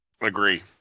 Agree